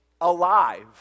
alive